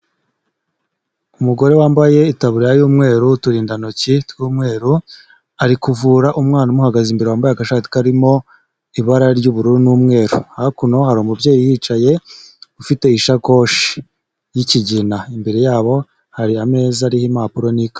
Umugore wambaye itaburiya y'umweru, uturindantoki tw'umweru, ari kuvura umwana umuhagaze imbere wambaye agashati karimo ibara ry'ubururu n'umweru. Hakuno hari umubyeyi, yicaye ufite isakoshi y'ikigina, imbere yabo hari ameza ariho impapuro n'ika...